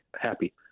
happy